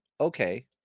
okay